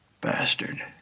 Bastard